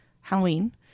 Halloween